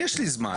אני יש לי זמן.